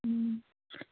ꯎꯝ